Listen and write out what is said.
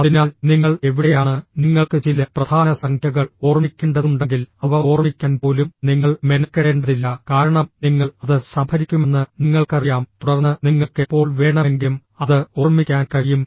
അതിനാൽ നിങ്ങൾ എവിടെയാണ് നിങ്ങൾക്ക് ചില പ്രധാന സംഖ്യകൾ ഓർമ്മിക്കേണ്ടതുണ്ടെങ്കിൽ അവ ഓർമ്മിക്കാൻ പോലും നിങ്ങൾ മെനക്കെടേണ്ടതില്ല കാരണം നിങ്ങൾ അത് സംഭരിക്കുമെന്ന് നിങ്ങൾക്കറിയാം തുടർന്ന് നിങ്ങൾക്ക് എപ്പോൾ വേണമെങ്കിലും അത് ഓർമ്മിക്കാൻ കഴിയും